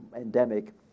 endemic